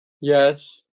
yes